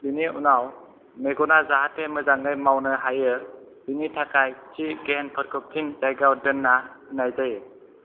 बिनि उनाव मेगना जाहाथे मोजाङै मावनो हायो बेनि थाखाय थि गेहेनफोरखौ फिन जायगायाव दोन्ना होनाय जायो